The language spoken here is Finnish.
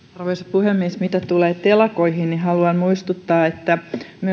puhemies mitä tulee telakoihin niin haluan muistuttaa että